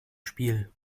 spiel